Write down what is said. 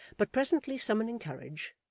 but presently summoning courage,